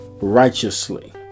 righteously